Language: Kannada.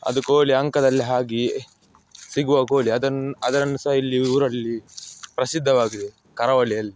ಅದು ಕೋಳಿ ಅಂಕದಲ್ಲಿ ಹಾಗೆ ಸಿಗುವ ಕೋಳಿ ಅದನ್ನು ಅದರನ್ನು ಸಹ ಇಲ್ಲಿ ಊರಲ್ಲಿ ಪ್ರಸಿದ್ಧವಾಗಿದೆ ಕರಾವಳಿಯಲ್ಲಿ